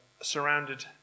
surrounded